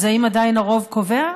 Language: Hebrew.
אז האם עדיין הרוב קובע,